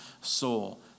soul